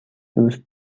دوست